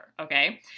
okay